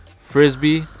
frisbee